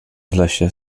lesie